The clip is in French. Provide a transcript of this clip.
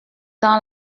dans